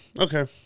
Okay